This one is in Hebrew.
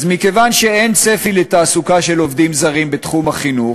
אז מכיוון שאין צפי לתעסוקה של עובדים זרים בתחום החינוך,